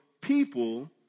people